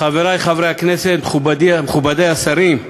חברי חברי הכנסת, מכובדי השרים,